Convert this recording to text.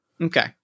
Okay